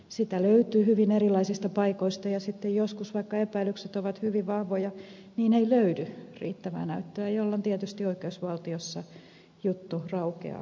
sitä löytyy hyvin erilaisista paikoista ja joskus vaikka epäilykset ovat hyvin vahvoja ei löydy riittävää näyttöä jolloin tietysti oikeusvaltiossa juttu raukeaa eikä ketään syytetä